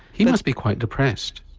he must be quite depressed?